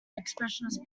expressionist